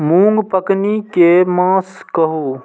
मूँग पकनी के मास कहू?